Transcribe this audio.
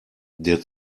der